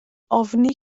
ofni